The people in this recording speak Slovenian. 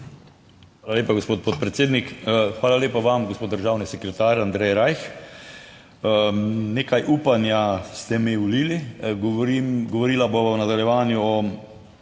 Hvala lepa, gospod podpredsednik. Hvala lepa vam, gospod državni sekretar Andrej Rajh, nekaj upanja ste mi vlil. Govorim, govorila bova v nadaljevanju o